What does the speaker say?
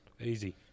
easy